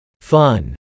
Fun